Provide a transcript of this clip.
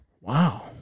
Wow